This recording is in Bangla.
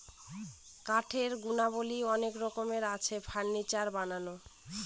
কাঠের গুণাবলী অনেক রকমের আছে, ফার্নিচার বানানো